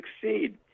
succeed